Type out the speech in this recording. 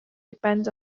depends